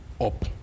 up